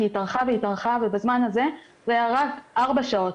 היא התארכה והתארכה, זה היה ארבע שעות.